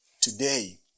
Today